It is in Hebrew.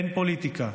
אין פוליטיקה.